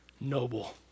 noble